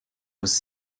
was